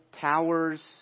towers